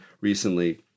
recently